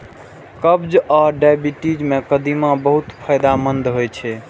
कब्ज आ डायबिटीज मे कदीमा बहुत फायदेमंद होइ छै